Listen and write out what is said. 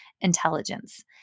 intelligence